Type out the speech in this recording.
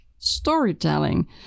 storytelling